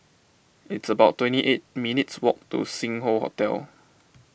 it's about twenty eight minutes' walk to Sing Hoe Hotel